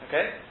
Okay